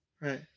Right